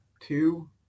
two